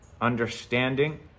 understanding